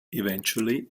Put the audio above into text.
eventually